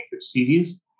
series